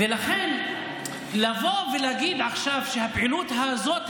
ולכן לבוא ולהגיד עכשיו שהפעילות הזאת,